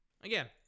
Again